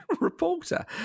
reporter